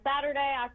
Saturday